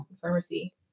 pharmacy